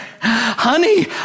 Honey